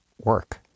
work